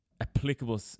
applicable